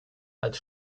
als